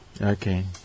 okay